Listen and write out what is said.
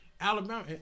Alabama